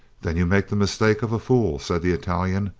then you make the mistake of a fool, said the italian,